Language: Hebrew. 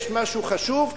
יש משהו חשוב,